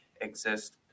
exist